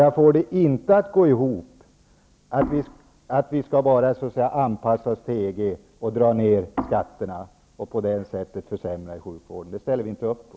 Jag får det inte att gå ihop att vi bara skall anpassa oss till EG och dra ner skatterna och på det sättet försämra sjukvården. Det ställer vi inte upp på.